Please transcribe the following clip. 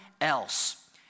else